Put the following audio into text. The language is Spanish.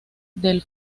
del